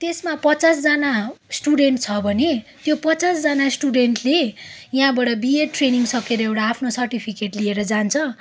त्यसमा पचासजना स्टुडेन्ट छ भने त्यो पचासजना स्टुडेन्टले यहाँबाट बिएड ट्रेनिङ सकेर एउटा आफ्नो सर्टिफिकेट लिएर जान्छ